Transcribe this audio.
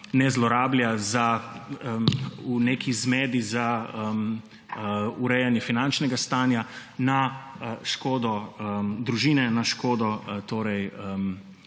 ne zlorablja v neki zmedi za urejanje finančnega stanja na škodo družine, na škodo